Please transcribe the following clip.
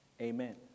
Amen